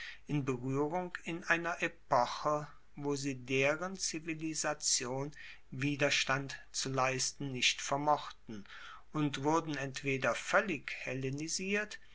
in beruehrung in einer epoche wo sie deren zivilisation widerstand zu leisten nicht vermochten und wurden entweder voellig